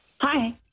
Hi